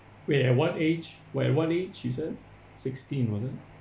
wait at what age wait at what age she's at sixteen is it